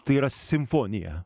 tai yra simfonija